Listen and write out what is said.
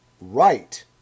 Right